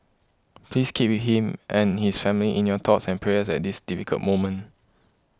please keep him and his family in your thoughts and prayers at this difficult moment